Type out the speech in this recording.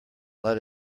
let